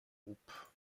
groupe